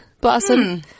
blossom